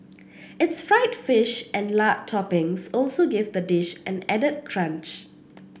its fried fish and lard toppings also give the dish an added crunch